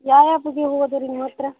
ಯಾವ್ಯಾವ ಬಗೆ ಹೂವು ಅದವೆ ರೀ ನಿಮ್ಮ ಹತ್ತಿರ